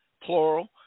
plural